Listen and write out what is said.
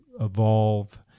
evolve